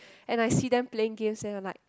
and I see them playing game and I like